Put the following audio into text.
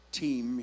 team